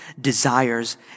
desires